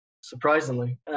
Surprisingly